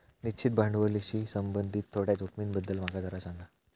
निश्चित भांडवलाशी संबंधित थोड्या जोखमींबद्दल माका जरा सांग